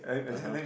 (uh huh)